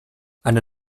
eine